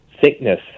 thickness